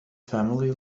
family